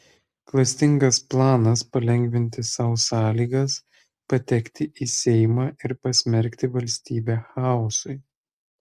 klastingas planas palengvinti sau sąlygas patekti į seimą ir pasmerkti valstybę chaosui